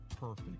perfect